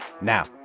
Now